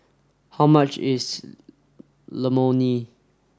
how much is